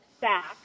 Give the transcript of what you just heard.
back